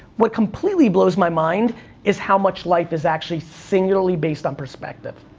what completely blows my mind is how much life is actually singularly based on perspective.